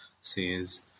says